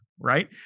Right